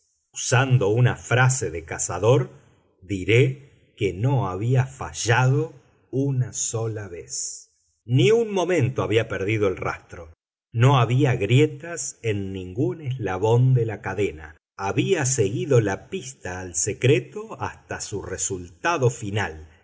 usando una frase de cazador diré que no había fallado una sola vez ni un momento había perdido el rastro no había grietas en ningún eslabón de la cadena había seguido la pista al secreto hasta su resultado final